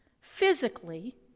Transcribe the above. physically